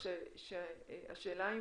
השאלה היא